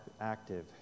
active